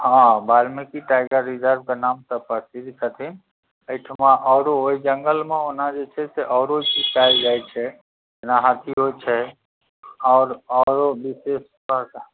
हँ वाल्मीकि टाइगर रिजर्वके नामसँ प्रसिद्ध छथिन एहिठमा औरो ओहि जंगलमे ओना जे छै से औरो जीव पाओल जाइ छै जेना हाथियो छै औरो औरो विशेष तऽ